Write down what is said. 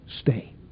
stay